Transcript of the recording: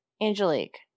Angelique